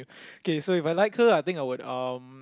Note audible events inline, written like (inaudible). (breath) okay so If I like her I think I would um